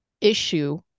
issue